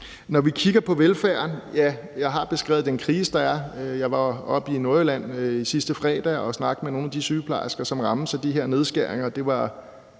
Når vi kigger på velfærden, har jeg jo beskrevet den krise, der er. Jeg var oppe i Nordjylland sidste fredag at snakke med nogle af de sygeplejersker, som rammes af de her nedskæringer.